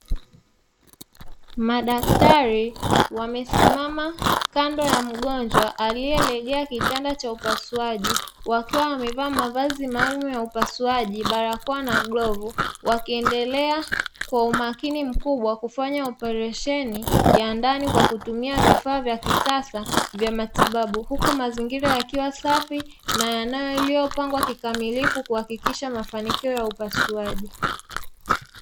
Madaktari wamesimama kando ya mgonjwa alielalia kitanda cha upasuaji wakiwa wamevaa mavazi maalumu ya upasuaji barakoa na glavu wakiendelea kwa umakini mkubwa kufanya upasuaji wa ndani kwa kutumia vifaa vya kisasa vya matibabu, huku mazingira yakiwa safi na yaliyopangwa kikamilifu kihakikisha mafanikio ya upasuaji.